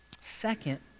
Second